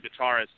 guitarist